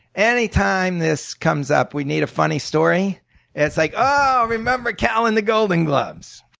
any time this comes up, we need a funny story it's like oh, remember cal and the golden gloves.